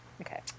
Okay